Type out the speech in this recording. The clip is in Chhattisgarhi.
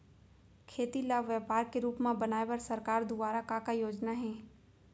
खेती ल व्यापार के रूप बनाये बर सरकार दुवारा का का योजना हे?